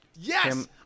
yes